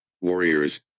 Warriors